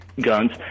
guns